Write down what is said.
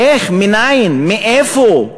איך, מנין, מאיפה,